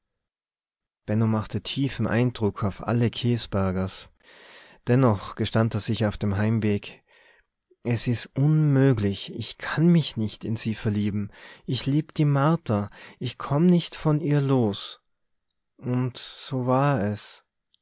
machte tiefen eindruck auf alle käsbergers dennoch gestand er sich auf dem heimweg es is unmöglich ich kann mich nicht in se verlieben ich lieb die martha ich komm nicht von ihr los und so war es